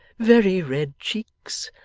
very red cheeks,